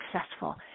successful